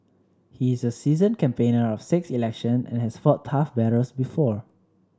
he is a seasoned campaigner of six election and has fought tough battles before